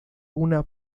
una